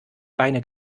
beine